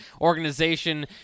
organization